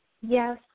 Yes